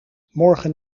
morgen